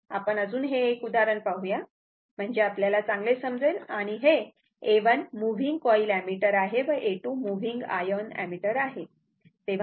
आपण अजून हे एक उदाहरण पाहूया म्हणजे आपल्याला चांगले समजेल आणि हे A1 मूव्हिन्ग कॉइल ऍमीटर आहे व हे A2 मूव्हिन्ग आयर्न ऍमीटर आहे